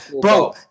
bro